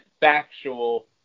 factual